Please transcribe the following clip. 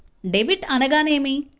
Debit అనగానేమి?